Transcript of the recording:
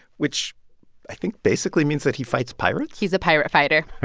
which i think basically means that he fights pirates he's a pirate fighter